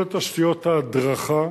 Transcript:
כל תשתיות ההדרכה